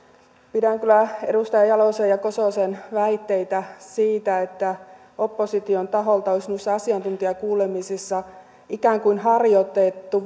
pidän kyllä edustaja jalosen ja kososen väitteitä siitä että opposition taholta olisi noissa asiantuntijakuulemisissa ikään kuin harjoitettu